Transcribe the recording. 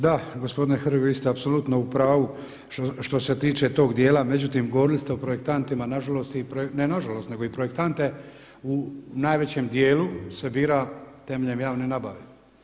Da gospodine Hrg vi ste apsolutno u pravu što se tiče tog djela, međutim govorili ste o projektantima, nažalost, ne nažalost nego i projektante u najvećem djelu se bira temeljem javne nabave.